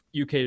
UK